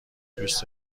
دوس